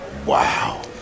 Wow